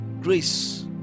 grace